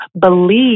believe